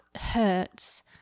hurts